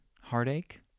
heartache